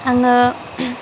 आङो